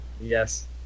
yes